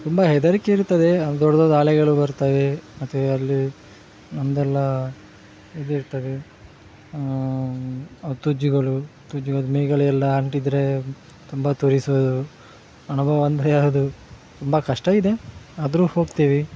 ತುಂಬ ಹೆದರಿಕೆ ಇರ್ತದೆ ಅಲ್ಲಿ ದೊಡ್ದೊಡ್ಡ ಆಲೆಗಳು ಬರ್ತವೆ ಮತ್ತು ಅಲ್ಲಿ ನಮ್ಮದೆಲ್ಲ ಇದಿರ್ತದೆ ತುಜ್ಜಿಗಳು ತುಜ್ಜಿಗಳ್ದು ಮೇಗಲೆ ಎಲ್ಲ ಅಂಟಿದ್ದರೆ ತುಂಬ ತುರಿಸೋದು ಅನುಭವ ಅಂದರೆ ಅದು ತುಂಬ ಕಷ್ಟ ಇದೆ ಆದರೂ ಹೋಗ್ತೀವಿ